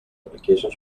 application